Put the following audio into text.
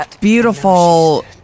beautiful